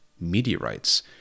meteorites